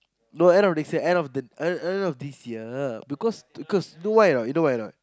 no end of next year end of the end of end of this year because because you know why or not you know why or not